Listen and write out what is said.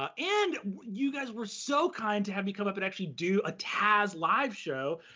um and you guys were so kind to have me come up and actually do a taz live show